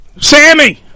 Sammy